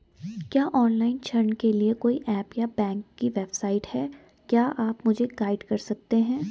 क्या ऑनलाइन ऋण के लिए कोई ऐप या बैंक की वेबसाइट है क्या आप मुझे गाइड कर सकते हैं?